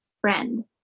friend